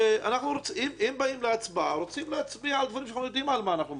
אם מצביעים, רוצים לדעת מה אנחנו מצביעים.